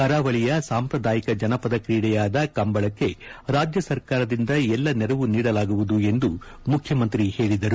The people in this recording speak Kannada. ಕರಾವಳಿಯ ಸಾಂಪ್ರದಾಯಿಕ ಜನಪದ ಕ್ರೀಡೆಯಾದ ಕಂಬಳಕ್ಕೆ ರಾಜ್ಯ ಸರ್ಕಾರದಿಂದ ಎಲ್ಲ ನೆರವು ನೀಡಲಾಗುವುದು ಎಂದು ಮುಖ್ಯಮಂತ್ರಿ ಹೇಳಿದರು